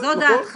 בסדר, זו דעתך.